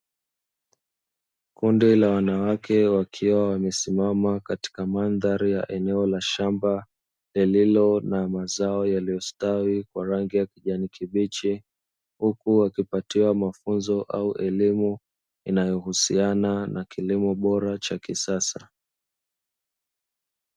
Kundi la wanawake wakiwa wamesimama katika mandhari ya eneo la shamba, lililo na mazao yaliyostawi kwa rangi ya kijani kibichi, huku wakipatiwa mafunzo au elimu inayohusiana na kilimo bora cha kisasa.